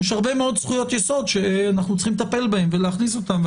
יש הרבה מאוד זכויות יסוד שאנחנו צריכים לטפל בהם ולהכניס אותם,